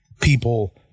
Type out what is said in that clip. People